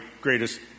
greatest